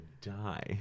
die